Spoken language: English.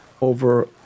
over